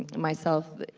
myself,